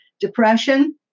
Depression